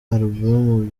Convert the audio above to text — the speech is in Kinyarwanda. album